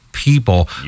People